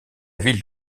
ville